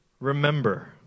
Remember